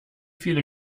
viele